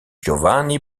giovanni